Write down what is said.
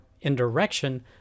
indirection